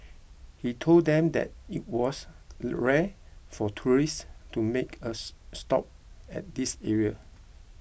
he told them that it was rare for tourists to make us stop at this area